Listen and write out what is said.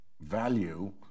value